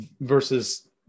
versus